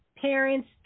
parents